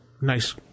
Nice